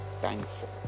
thankful